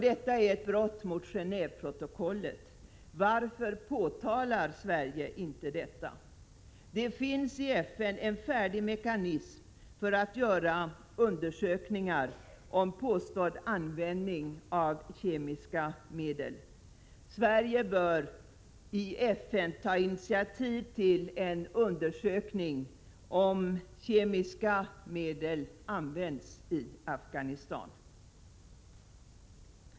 Detta är ett brott mot Gené&veprotokollet. Varför påtalar inte Sverige detta? Det finns i FN en färdig mekanism för att göra undersökningar om påstådd användning av kemiska medel. Sverige bör i FN ta initiativ till en undersökning av om kemiska medel används i Afghanistan.